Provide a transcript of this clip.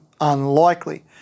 unlikely